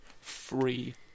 free